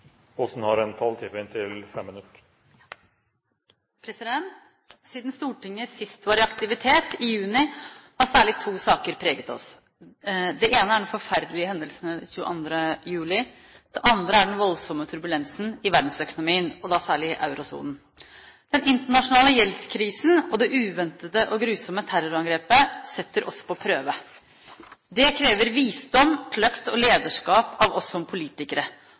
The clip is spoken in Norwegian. Siden Stortinget sist var i aktivitet, i juni, har særlig to saker preget oss. Den ene er de forferdelige hendelsene 22. juli. Den andre er den voldsomme turbulensen i verdensøkonomien, og da særlig i eurosonen. Den internasjonale gjeldskrisen og det uventede og grusomme terrorangrepet setter oss på prøve. Det krever visdom, kløkt og lederskap av oss som politikere,